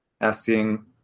asking